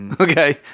okay